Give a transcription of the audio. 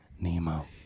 Nemo